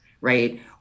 right